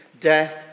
death